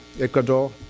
Ecuador